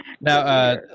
Now